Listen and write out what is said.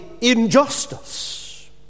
injustice